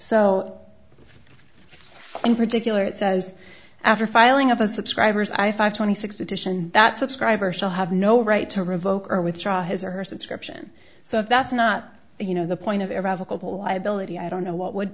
so in particular it says after filing of a subscriber's i five twenty six petition that subscriber shall have no right to revoke or withdraw his or her subscription so if that's not you know the point of irrevocable liability i don't know what would